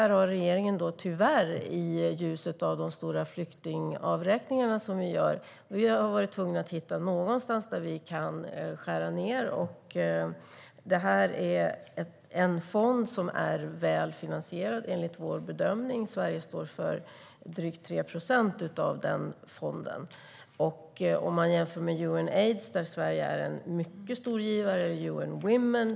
Regeringen har tyvärr i ljuset av de stora flyktingavräkningar vi gör varit tvungen att hitta något att skära ned på, och det här är en fond som enligt vår bedömning är väl finansierad. Sverige står för drygt 3 procent. Man kan jämföra med Unaids, där Sverige är en mycket stor givare, eller UN Women.